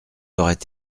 auraient